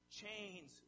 chains